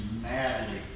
madly